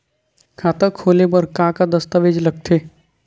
खाता खोले बर का का दस्तावेज लगथे?